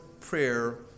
prayer